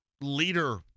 leader